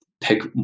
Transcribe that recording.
pick